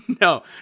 No